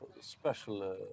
special